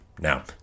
Now